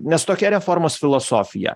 nes tokia reformos filosofija